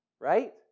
right